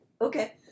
Okay